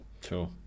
Sure